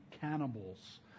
cannibals